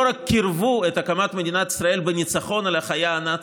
רק קירבו את הקמת מדינת ישראל לניצחון על החיה הנאצית,